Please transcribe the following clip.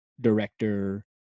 director